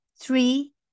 Three